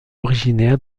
originaire